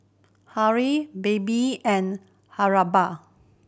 Hurley Bebe and Haribo